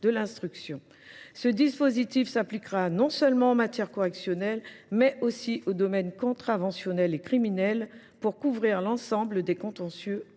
Ce dispositif s’appliquera non seulement en matière correctionnelle, mais aussi aux domaines contraventionnel et criminel, pour couvrir l’ensemble des contentieux concernés.